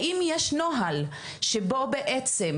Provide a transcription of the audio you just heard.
האם ישנו איזה שהוא נוהל שבו בעצם,